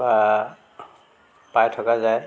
বা পাই থকা যায়